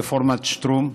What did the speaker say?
רפורמת שטרום.